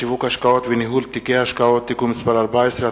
בשיווק השקעות ובניהול תיקי השקעות (תיקון מס' 14),